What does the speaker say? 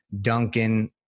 Duncan